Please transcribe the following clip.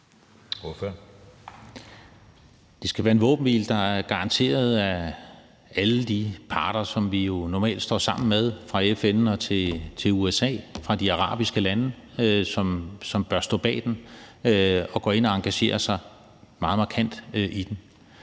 Det skal være en våbenhvile, der er garanteret af alle de parter, som vi jo normalt står sammen med, fra FN og USA til de arabiske lande, som bør stå bag den og gå ind og engagere sig meget markant i den.